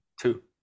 Two